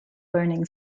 learning